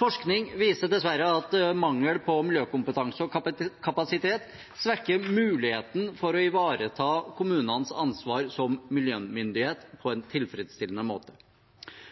Forskning viser dessverre at mangel på miljøkompetanse og kapasitet svekker muligheten for å ivareta kommunenes ansvar som miljømyndighet på en tilfredsstillende måte.